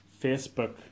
facebook